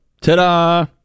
Ta-da